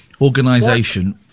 organization